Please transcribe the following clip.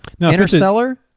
Interstellar